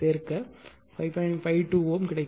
52 Ω கிடைக்கும்